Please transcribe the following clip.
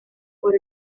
por